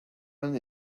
man